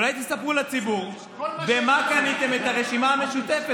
אולי תספרו לציבור במה קניתם את הרשימה המשותפת?